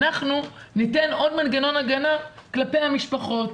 אנחנו ניתן עוד מנגנון הגנה כלפי המשפחות.